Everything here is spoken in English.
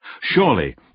Surely